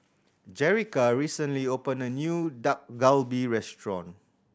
Jerrica recently opened a new Dak Galbi Restaurant